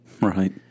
Right